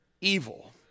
evil